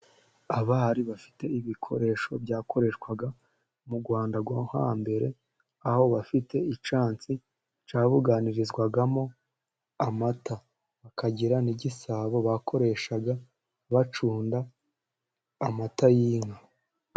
Abari bafite ibikoresho byakoreshwaga mu Rwanda rwo hambere, aho bafite icyansi cyabuganirizwagamo amata, bakagira n’igisabo bakoreshaga bacunda amata y’inka.